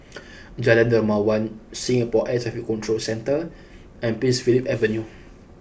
Jalan Dermawan Singapore Air Traffic Control Centre and Prince Philip Avenue